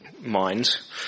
minds